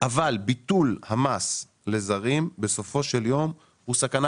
אבל ביטול המס לזרים בסופו של יום הוא סכנה